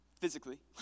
physically